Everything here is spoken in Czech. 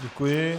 Děkuji.